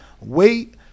wait